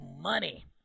money